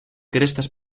crestas